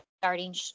starting